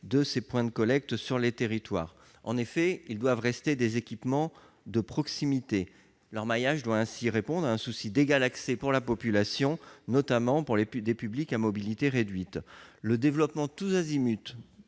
de ces points de collecte sur les territoires. En effet, ils doivent rester des équipements de proximité. Le maillage doit ainsi répondre à un souci d'égal accès pour la population, notamment pour des publics à mobilité réduite. Le développement tous azimuts,